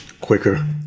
quicker